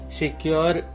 secure